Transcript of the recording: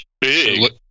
big